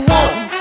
one